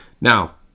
Now